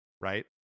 right